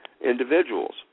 individuals